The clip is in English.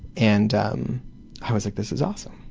and um i was like, this is awesome.